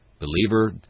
Believer